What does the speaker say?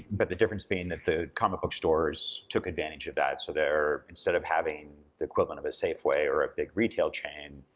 but the difference being that the comic book stores took advantage of that. so instead of having the equivalent of a safeway or a big retail chain,